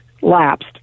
lapsed